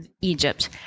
Egypt